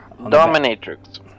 Dominatrix